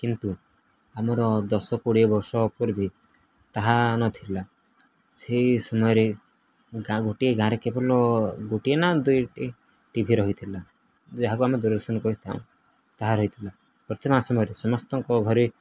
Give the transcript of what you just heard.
କିନ୍ତୁ ଆମର ଦଶ କୋଡ଼ିଏ ବର୍ଷ ପୂର୍ବରୁ ତାହା ନଥିଲା ସେହି ସମୟରେ ଗୋଟିଏ ଗାଁରେ କେବଳ ଗୋଟିଏ ନା ଦୁଇଟି ଟି ଭି ରହିଥିଲା ଯାହାକୁ ଆମେ ଦୂରଦର୍ଶନ କହିଥାଉ ତାହା ରହିଥିଲା ବର୍ତ୍ତମାନ ସମୟରେ ସମସ୍ତଙ୍କ ଘରେ